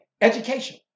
Education